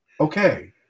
okay